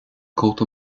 cóta